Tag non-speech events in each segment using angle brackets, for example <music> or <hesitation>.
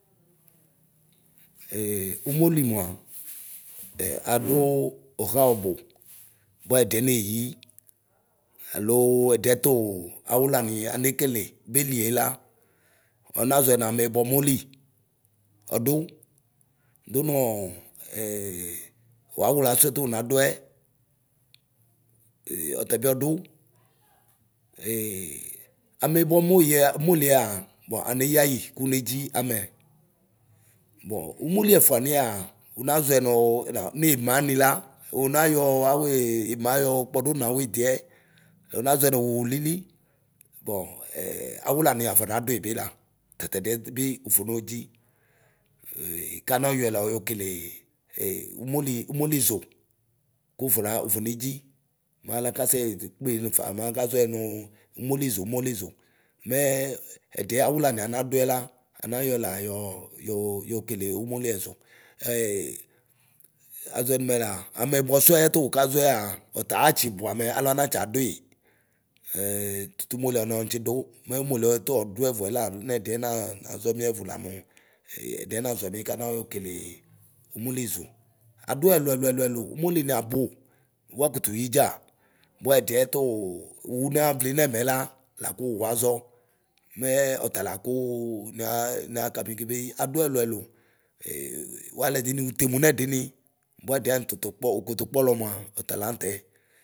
<hesitation> umo li mua, e adu uha ɔbʋ ;bua ɛdie neyi aloo ɛdie tuu awulani anekele beliela anaʒɔɛ namɛ yibɔmoli. Ɔdu dunɔɔ ɛɛ wuawuɣla suɛtu unaduɛ, <hesitation> ɔtɔbiɔdʋ. <hesitation> amɛyibɔ molie moliea bɔ aneyɣyi kunedʒi amɛ. Bɔ umoli ɛfuaniɛaa unaʒɔɛ nuu nemani la unayɔ awii ima yɔkpɔdu nawidiɛ, unaʒɔɛ nu ulili. Bɔ ɛ awulani aƒɔnadui bi la ;tatɛdiɛ bi ufonodzi <hesitation> kanayɔɛ la e umoli umolʒu kufɔna ufonedzi maluakasee kpenufa maka ʒɔɛ umoliʒu umoliʒu. Mɛɛ ɛdiɛ awulani anaduɛ la anayɔɛ la yɔ yo yokele umoliɛʒu. Ae anaʒɔɛ numɛ la, amɛyibɔ suɛ tu ukaʒɔɛa, ɔta atsi buamɛ aluanatsiadui. Ɛɛ tutumolie ɔmitsidu. mɛ umolie tɔdu ɛvʋɛ la du nɛdɛɛ naʒɔmi evʋla mu <hesitation> ɛdie maʒɔmi kanao kelee umoliʒʋ. Aduɛlʋɛlʋ ɛlʋ ɛlʋ. Umoliniabu wuakutu yidza; bua ɛdiɛ wunavli nɛmɛ la laku wuaʒɔ. Mɛɛ ɔtalakuu naa niakami krbeyi. Aduɛluɛlu <hesitation> wualɛdeni Utenu nɛdini, buɛdiani ututu kpɔ ukutu kpɔlɔ mua ɔtalaŋtɛ.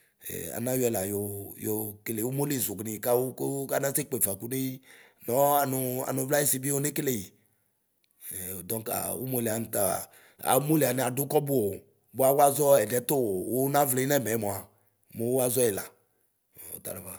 <hesitation> anayɔɛ la yoo yokele umoliʒʋni kawu kanase kpefa kuneyi. Nɔɔ ɛnu anuvlaɣisi be one keleyi. <hesitation> dɔŋka umolianita umoliani adu kɔbʋo, wuaʒɔ ɛdiɛ tuu wunavli nɛmɛ mua muu wuʒɔɛla nm ɔtalafa.